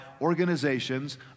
organizations